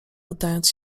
oddając